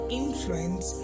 influence